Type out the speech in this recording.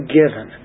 given